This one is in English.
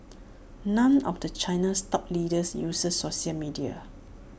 none of the China's top leaders uses social media